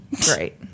great